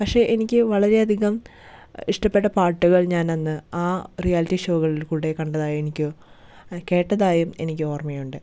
പക്ഷേ എനിക്ക് വളരെയധികം ഇഷ്ടപ്പെട്ട പാട്ടുകൾ ഞാനന്ന് ആ റിയാലിറ്റി ഷോകളിൽ കൂടി കണ്ടതായി എനിക്ക് കേട്ടതായും എനിക്ക് ഓർമ്മയുണ്ട്